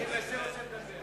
רוצה לדבר.